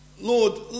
Lord